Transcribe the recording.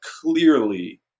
clearly